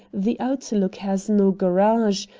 the outlook has no garage,